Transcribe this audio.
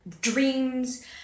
dreams